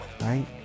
right